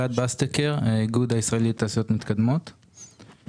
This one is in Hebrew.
אלעד בסטקר האיגוד הישראלי לתעשיות מתקדמות,